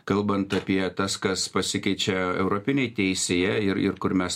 kalbant apie tas kas pasikeičia europinėj teisėje ir ir kur mes